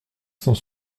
cent